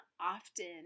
often